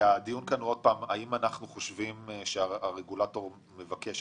הדיון כאן הוא על אם אנחנו חושבים שהרגולטור מבקש.